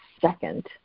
second